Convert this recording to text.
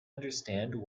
understand